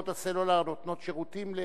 וחברות הסלולר נותנות שירותים.